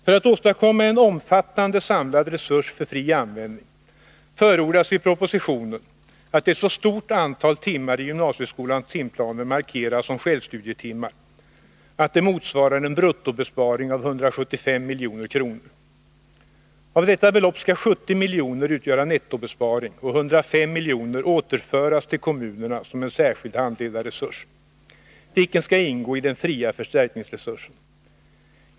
För att åstadkomma en omfattande samlad resurs för fri användning förordas i propositionen, att ett så stort antal timmar i gymnasieskolans timplaner markeras som självstudietimmar att det motsvarar en bruttobesparing av 175 milj.kr. Av detta belopp skall 70 milj.kr. utgöra nettobesparing och 105 milj.kr. återföras till kommunerna som en särskild handledarresurs, vilken skall ingå i den fria förstärkningsresursen.